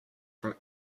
from